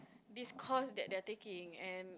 this course that they are taking and